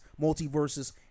multiverses